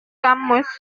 kamus